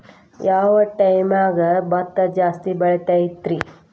ಯಾವ ಟೈಮ್ಗೆ ಭತ್ತ ಜಾಸ್ತಿ ಬೆಳಿತೈತ್ರೇ?